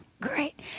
Great